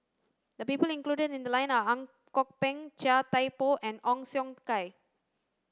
the people included in the lie are Ang Kok Peng Chia Thye Poh and Ong Siong Kai